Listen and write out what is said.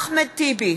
מצביע אחמד טיבי,